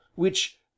which